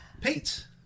Pete